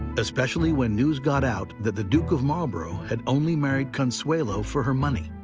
especially when news got out that the duke of marlborough had only married consuelo for her money,